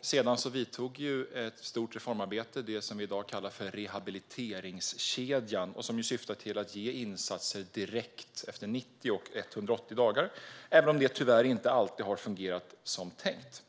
Sedan vidtog ett stort reformarbete med det som vi i dag kallar för rehabiliteringskedjan och som syftar till att ge insatser direkt efter 90 och 180 dagar. Tyvärr har det inte alltid fungerat som tänkt.